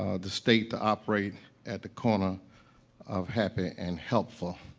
ah the state to operate at the corner of happy and helpful.